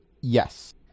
Yes